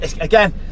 again